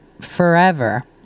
forever